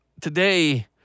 today